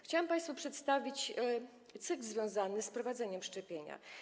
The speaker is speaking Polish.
Chciałam państwu przedstawić cykl związany z wprowadzeniem szczepień.